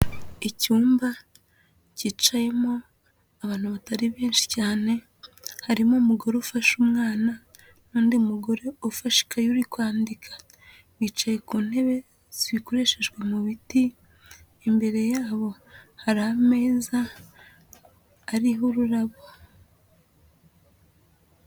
Icyumba cyicayemo abantu batari benshi cyane, harimo umugore ufashe umwana n'undi mugore ufashe ikaye uri kwandika. Bicaye ku ntebe zikoreshejwe mu biti, imbere yabo hari ameza ariho ururabo.